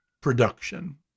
production